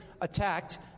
attacked